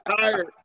tired